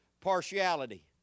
partiality